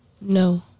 No